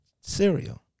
cereal